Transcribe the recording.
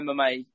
MMA